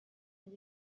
and